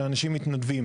אלא אנשים מתנדבים.